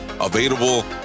available